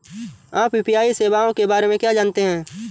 आप यू.पी.आई सेवाओं के बारे में क्या जानते हैं?